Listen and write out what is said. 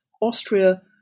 Austria